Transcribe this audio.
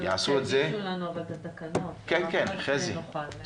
שיגישו לנו את התקנות, אחרי זה נוכל --- כן.